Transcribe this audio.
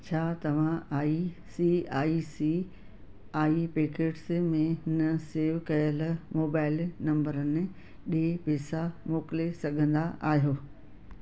छा तव्हां आई सी आई सी आई पोकेट्स में न सेव कयल मोबाइल नंबरनि ॾे पैसा मोकिले सघंदा आहियो